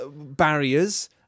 barriers